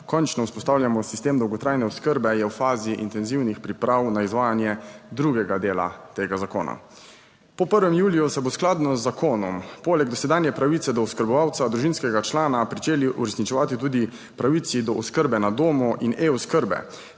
končno vzpostavljamo sistem dolgotrajne oskrbe, je v fazi intenzivnih priprav na izvajanje drugega dela tega zakona. Po 1. juliju se bo skladno z zakonom poleg dosedanje pravice do oskrbovalca družinskega člana pričeli uresničevati tudi pravici do oskrbe na domu in e-oskrbe